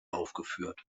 aufgeführt